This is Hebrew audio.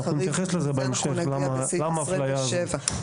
אני אתייחס לזה בהמשך, לאפליה הזאת.